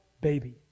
baby